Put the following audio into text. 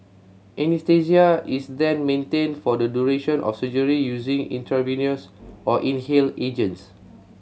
Anaesthesia is then maintained for the duration of surgery using intravenous or inhaled agents